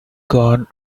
gone